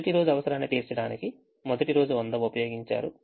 మొదటి రోజు అవసరాన్ని తీర్చడానికి మొదటి రోజు 100 ఉపయోగించారు